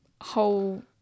whole –